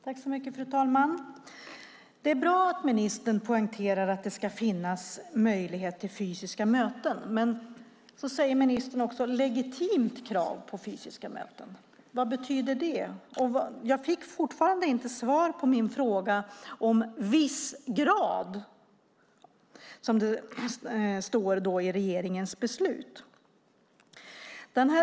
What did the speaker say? Fru talman! Det är bra att ministern poängterar att det ska finnas möjligheter till fysiska möten. Men ministern talar också om legitimt krav på fysiska möten. Vad betyder det? Dessutom har jag fortfarande inte fått svar på min fråga om "viss grad" i regeringens beslut.